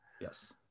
Yes